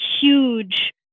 huge